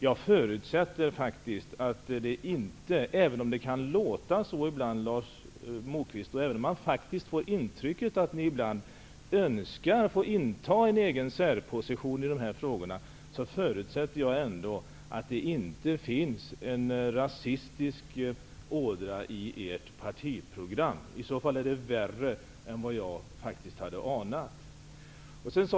Jag förutsätter faktiskt att det inte -- även om det kan låta så ibland, Lars Moquist, och även om man faktiskt får intrycket att ni ibland önskar inta en egen särposition i dessa frågor -- finns någon rasistisk ådra i ert partiprogram. I så fall vore det värre än jag har anat.